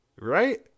right